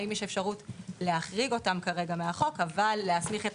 האם יש אפשרות להחריג אותם כרגע מהחוק אבל להסמיך את